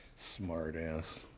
Smartass